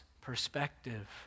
perspective